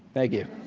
thank you.